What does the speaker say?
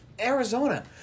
Arizona